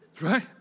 right